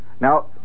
now